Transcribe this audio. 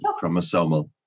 chromosomal